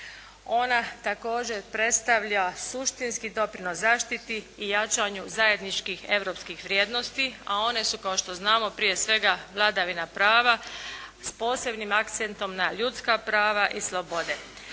Ona također predstavlja suštinski doprinos zaštiti i jačanju zajedničkih europskih vrijednosti, a one su kao što znamo prije svega vladavina prava s posebnim akcentom na ljudska prava i slobode.